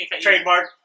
Trademark